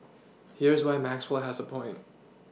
here's why Maxwell has a point